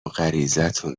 غریزتون